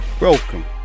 Welcome